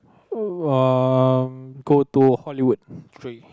um go to Hollywood three